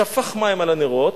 שפך מים על הנרות,